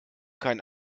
kein